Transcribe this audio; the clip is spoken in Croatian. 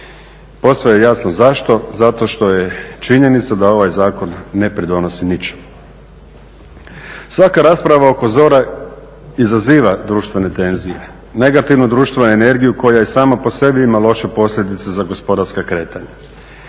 Posve je jasno zašto, zato što je činjenica da ovaj zakon ne pridonosi ničemu. Svaka rasprava oko ZOR-a izaziva društvene tenzije, negativnu društvenu energiju koja sama po sebi ima loše posljedice za gospodarska kretanja.